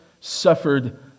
suffered